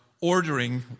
ordering